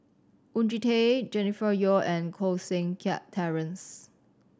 Oon Jin Teik Jennifer Yeo and Koh Seng Kiat Terence